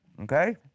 Okay